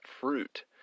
fruit